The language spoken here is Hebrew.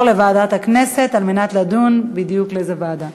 לוועדת הכנסת על מנת לדון לאיזה ועדה